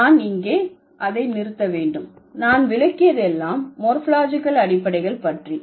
நான் இங்கே அதை நிறுத்த வேண்டும் நான் விளக்கியது எல்லாம் மோர்பாலஜிகல் அடிப்படைகள் பற்றி